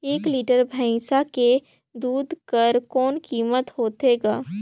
एक लीटर भैंसा के दूध कर कौन कीमत होथे ग?